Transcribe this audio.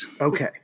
Okay